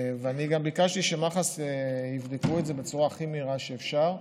גם ביקשתי שמח"ש יבדקו את זה בצורה הכי מהירה שאפשר.